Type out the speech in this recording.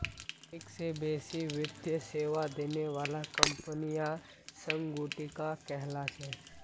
एक स बेसी वित्तीय सेवा देने बाला कंपनियां संगुटिका कहला छेक